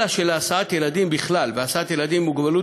אלא שלהסעת ילדים בכלל והסעת ילדים עם מוגבלות